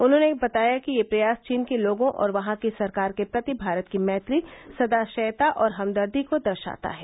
उन्होंने बताया कि यह प्रयास चीन के लोगों और वहां की सरकार के प्रति भारत की मैत्री सदाशयता और हमदर्दी को दर्शाता है